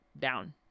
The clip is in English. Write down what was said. down